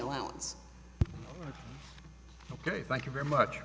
allowance ok thank you very much